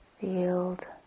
field